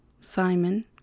Simon